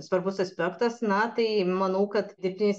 svarbus aspektas na tai manau kad dirbtinis